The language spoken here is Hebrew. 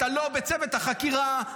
אתה לא בצוות החקירה,